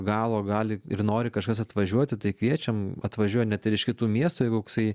galo gali ir nori kažkas atvažiuoti tai kviečiam atvažiuoja net ir iš kitų miestų jeigu koksai